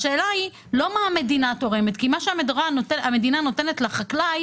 השאלה היא לא מה המדינה תורמת כי מה שהמדינה נותנת לחקלאי